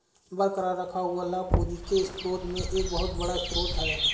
बरकरार रखा हुआ लाभ पूंजी के स्रोत में एक बहुत बड़ा स्रोत है